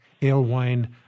Alewine